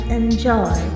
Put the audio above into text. enjoy